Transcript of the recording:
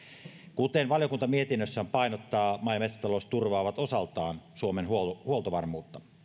kuten valiokunta mietinnössään painottaa maa ja metsätalous turvaa osaltaan suomen huoltovarmuutta